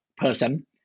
person